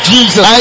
Jesus